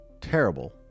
terrible